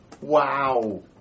Wow